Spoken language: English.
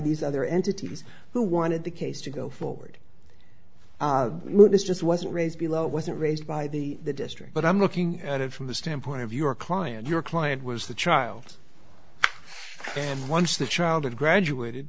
these other entities who wanted the case to go forward this just wasn't raised below wasn't raised by the district but i'm looking at it from the standpoint of your client your client was the child and once the child had graduated